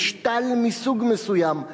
משתל מסוג מסוים,